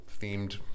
themed